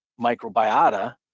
microbiota